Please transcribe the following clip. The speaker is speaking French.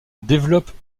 développent